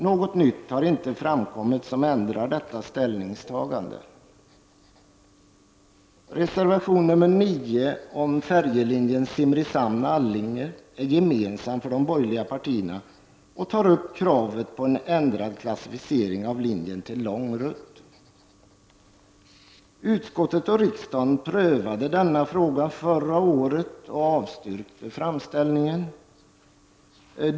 Något som ändrar detta ställningstagande har inte framkommit. Utskottet och riksdagen prövade denna fråga förra året och avstyrkte framställan.